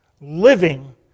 living